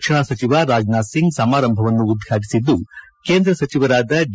ರಕ್ಷಣಾ ಸಚಿವ ರಾಜನಾಥ್ ಸಿಂಗ್ ಸಮಾರಂಭವನ್ನು ಉದ್ಘಾಟಿಸಿದ್ದು ಕೇಂದ್ರ ಸಚಿವರಾದ ಡಿ